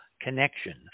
connection